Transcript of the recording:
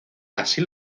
así